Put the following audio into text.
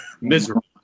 Miserable